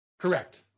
Correct